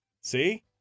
See